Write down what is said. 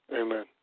Amen